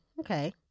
okay